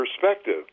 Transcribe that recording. perspective